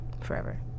forever